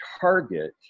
target